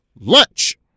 Lunch